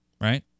right